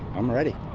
i'm ready.